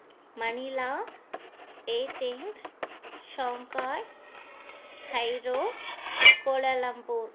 Manila Athens Shanghai Cairo Kuala Lumpur